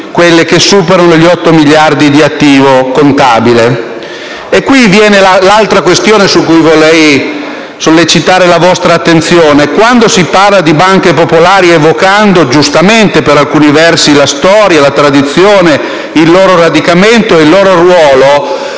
quelle che superano gli 8 miliardi di attivo contabile. Qui emerge l'altra questione su cui vorrei sollecitare la vostra attenzione. Quando si parla di banche popolari evocando, giustamente, per alcuni versi, la storia, la tradizione, il loro radicamento e il loro ruolo,